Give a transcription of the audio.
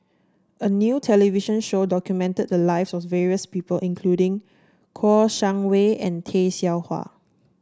a new television show documented the lives of the various people including Kouo Shang Wei and Tay Seow Huah